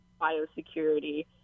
biosecurity